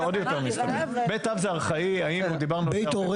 בית הורה